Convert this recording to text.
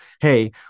hey